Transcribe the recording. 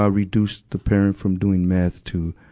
ah reduce the parent from doing meth to,